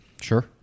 Sure